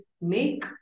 make